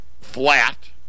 flat